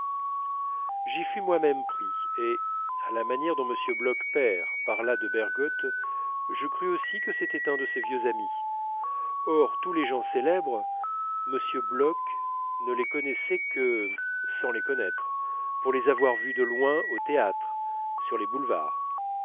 j'y fus moi-même pris et à la manière dont m bloch père parla de bergotte je crus aussi que c'était un de ses vieux amis or tous les gens célèbres m bloch ne les connaissait que sans les connaître pour les avoir vus de loin au théâtre sur les boulevards